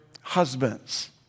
husbands